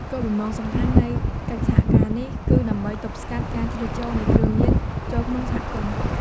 គោលបំណងសំខាន់នៃកិច្ចសហការនេះគឺដើម្បីទប់ស្កាត់ការជ្រៀតចូលនៃគ្រឿងញៀន ចូលក្នុងសហគមន៍។